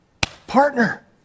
partner